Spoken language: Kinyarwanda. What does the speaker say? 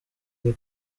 ari